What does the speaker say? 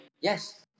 Yes